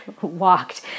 walked